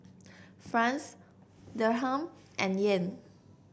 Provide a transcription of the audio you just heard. France Dirham and Yen